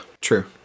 True